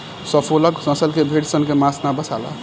Suffolk नसल के भेड़ सन के मांस ना बासाला